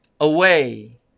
away